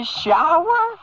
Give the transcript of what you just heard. shower